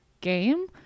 game